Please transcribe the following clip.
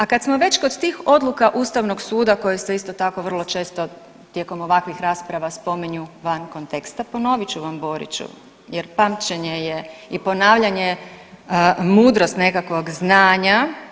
A kad smo već kod tih odluka Ustavnog suda koje se isto tako vrlo često tijekom ovakvih rasprava spominju van konteksta, ponovit ću vam Boriću jer pamćenje je i ponavljanje mudrost nekakvog znanja.